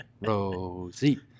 Rosie